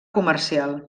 comercial